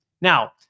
Now